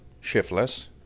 shiftless